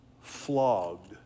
flogged